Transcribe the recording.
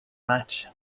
match